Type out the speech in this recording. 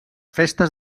festes